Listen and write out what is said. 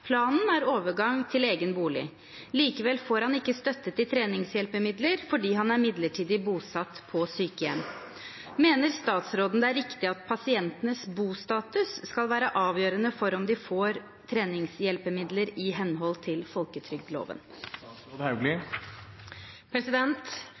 Planen er overgang til egen bolig. Likevel får han ikke støtte til treningshjelpemidler, fordi han er midlertidig bosatt på sykehjem. Mener statsråden det er riktig at pasientenes bostatus skal være avgjørende for om de får treningshjelpemidler i henhold til